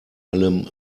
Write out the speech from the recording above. allem